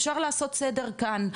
אפשר לעשות סדר כאן,